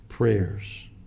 prayers